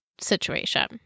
situation